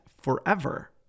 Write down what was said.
forever